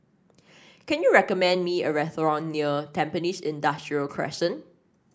can you recommend me a restaurant near Tampines Industrial Crescent